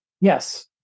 Yes